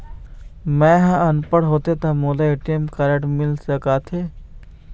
मैं ह अनपढ़ होथे ता मोला ए.टी.एम कारड मिल सका थे?